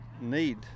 need